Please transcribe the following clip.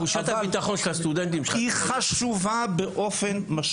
תחושת הבטחון של הסטודנטים היא חשובה ביותר,